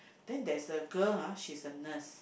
then there is a girl ha she is a nurse